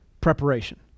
preparation